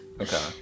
Okay